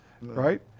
right